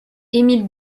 émile